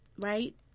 right